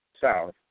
South